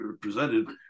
presented